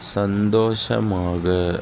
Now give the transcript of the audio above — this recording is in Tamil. சந்தோஷமாக